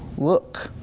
look,